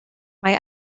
mae